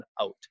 out